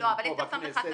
פה בכנסת,